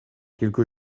quelque